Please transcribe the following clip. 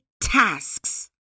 tasks